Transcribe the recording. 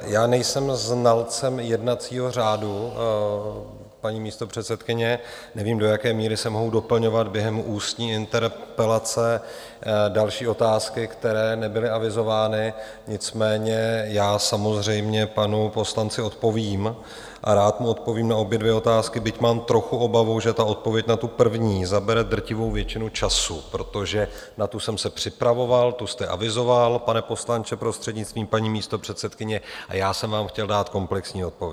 Já nejsem znalcem jednacího řádu, paní místopředsedkyně, nevím, do jaké míry se mohou doplňovat během ústní interpelace další otázky, které nebyly avizovány, nicméně já samozřejmě panu poslanci odpovím a rád mu odpovím na obě dvě otázky, byť mám trochu obavu, že odpověď na tu první zabere drtivou většinu času, protože na tu jsem se připravoval, tu jste avizoval, pane poslanče, prostřednictvím paní místopředsedkyně, a já jsem vám chtěl dát komplexní odpověď.